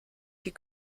die